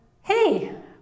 hey